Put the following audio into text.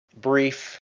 brief